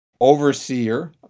Overseer